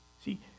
See